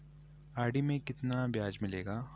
RD में कितना ब्याज मिलेगा?